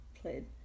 played